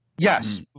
Yes